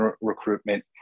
recruitment